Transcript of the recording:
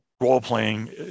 role-playing